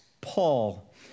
Paul